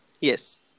Yes